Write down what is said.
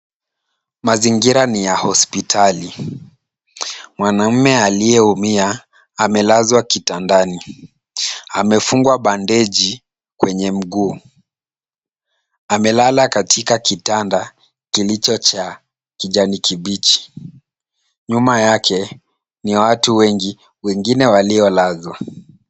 Mazingira ni ya hospitali. Mwanaume aliyeumia amelazwa kitandani. Amefungwa bandeji kwenye mguu. Amelala katika kitanda kilicho cha kijani kibichi. Nyuma yake ni watu wengi, wengine waliolazwa.